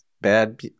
bad